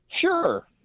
sure